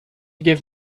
give